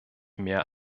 mehr